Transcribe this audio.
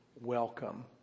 welcome